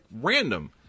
random